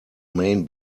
main